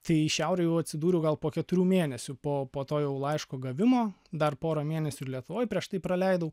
tai šiaurėj jau atsidūriau gal po keturių mėnesių po po to jau laiško gavimo dar porą mėnesių lietuvoj prieš tai praleidau